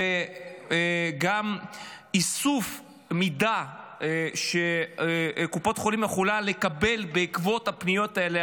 גם איסוף מידע שקופת חולים יכולה לקבל בעקבות הפניות האלה,